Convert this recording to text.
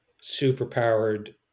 superpowered